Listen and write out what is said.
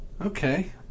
Okay